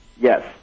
yes